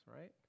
right